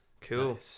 cool